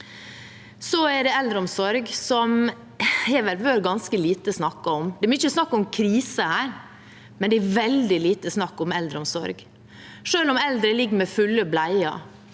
landet. Eldreomsorg har det vært ganske lite snakket om. Det er mye snakk om krise, men det er veldig lite snakk om eldreomsorg – selv om eldre ligger med fulle bleier,